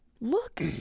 Look